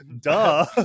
duh